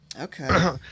Okay